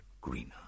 greener